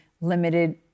limited